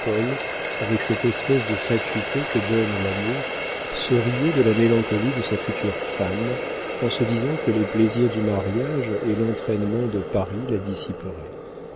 paul avec cette espèce de fatuité que donne l'amour se riait de la mélancolie de sa future femme en se disant que les plaisirs du mariage et l'entraînement de paris la dissiperaient